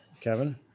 Kevin